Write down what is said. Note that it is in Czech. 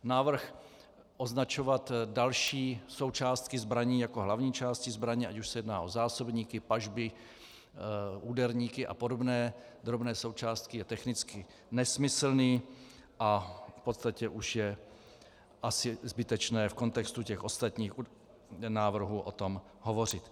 Návrh označovat další součástky zbraní jako hlavní části zbraně, ať už se jedná o zásobníky, pažby, úderníky a podobné drobné součástky, je technicky nesmyslný a v podstatě už je asi zbytečné v kontextu těch ostatních návrhů o tom hovořit.